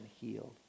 healed